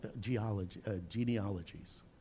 genealogies